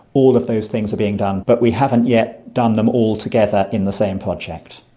all of those things are being done, but we haven't yet done them all together in the same project.